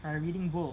I reading book